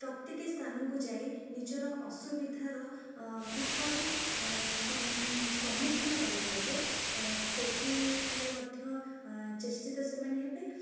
ପ୍ରତିଟି ସ୍ଥାନକୁ ଯାଇ ନିଜର ଅସୁବିଧା ର କିପରି ସମ୍ମୁଖୀନ କରିପାରିବେ ସେଥିପାଇଁ ମଧ୍ୟ ଚେଷ୍ଟିତ ସେମାନେ ହେବେ